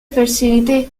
facilité